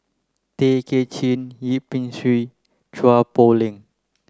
Tay Kay Chin Yip Pin Xiu Chua Poh Leng